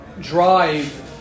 drive